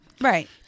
right